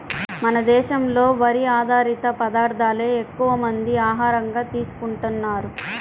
మన దేశంలో వరి ఆధారిత పదార్దాలే ఎక్కువమంది ఆహారంగా తీసుకుంటన్నారు